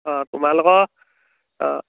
অঁ তোমালোকৰ